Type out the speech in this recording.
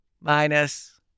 minus